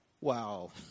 Wow